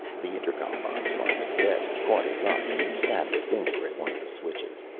the intercom box on the desk caught his eye, and he stabbed a finger at one of the switches.